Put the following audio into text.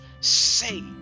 say